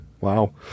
wow